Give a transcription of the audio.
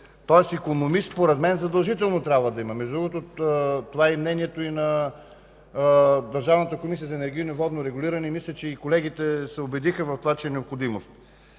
Тоест икономист според мен задължително трябва да има. Между другото това е мнението и на Държавната комисия за енергийно и водно регулиране. Мисля, че и колегите се убедиха в това, че е необходимо.